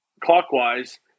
clockwise